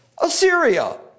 Assyria